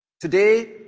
Today